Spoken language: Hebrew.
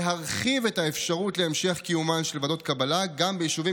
להרחיב את האפשרות להמשך קיומן של ועדות קבלה גם ביישובים